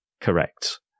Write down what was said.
Correct